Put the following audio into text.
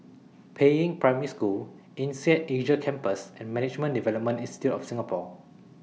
Peiying Primary School Insead Asia Campus and Management Development Institute of Singapore